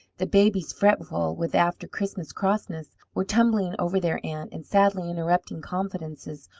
the babies, fretful with after-christmas-crossness, were tumbling over their aunt, and sadly interrupting confidences,